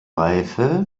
reife